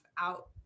out